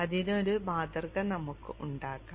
അതിനൊരു മാതൃക നമുക്ക് ഉണ്ടാക്കാം